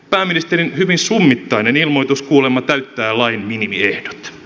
pääministerin hyvin summittainen ilmoitus kuulemma täyttää lain minimiehdot